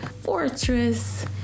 fortress